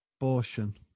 abortion